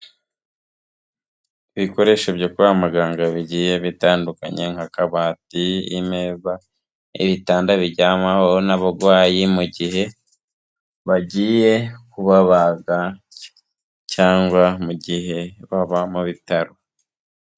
Ibikoresho byo kwa muganga bigiye bitandukanye nk'akabati, imeza, ibitanda biryamwaho n'abarwayi mu gihe bagiye kubabaga cyangwa mu gihe ba mu bitaro.